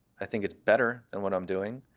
i think it's better than what i'm doing.